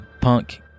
punk